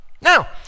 Now